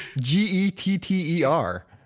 g-e-t-t-e-r